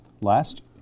last